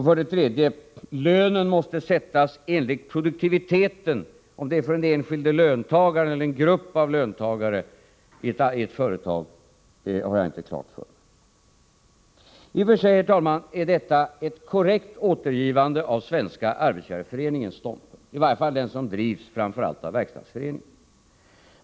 För det tredje måste lönen sättas enligt produktiviteten — om det är för den enskilda löntagaren eller för en grupp av löntagare har jag inte klart för mig. I och för sig, herr talman, är detta ett korrekt återgivande av Svenska arbetsgivareföreningens ståndpunkt, åtminstone den som drivs framför allt av Verkstadsföreningen.